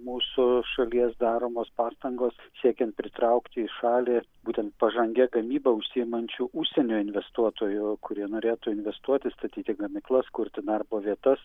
mūsų šalies daromos pastangos siekiant pritraukti į šalį būtent pažangia gamyba užsiimančių užsienio investuotojų kurie norėtų investuoti statyti gamyklas kurti darbo vietas